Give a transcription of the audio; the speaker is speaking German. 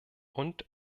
und